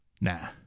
Nah